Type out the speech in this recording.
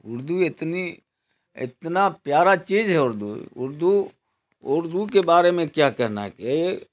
اردو اتنی اتنا پیارا چیز ہے اردو اردو اردو کے بارے میں کیا کہنا ہے کہ